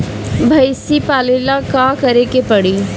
भइसी पालेला का करे के पारी?